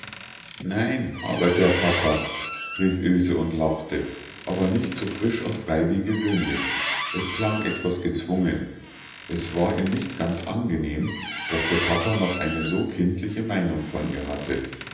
nein aber der papa rief ilse und lachte aber nicht so frisch und frei wie gewöhnlich es klang etwas gezwungen es war ihr nicht ganz angenehm daß der papa noch eine so kindliche meinung von ihr hatte